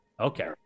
Okay